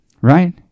right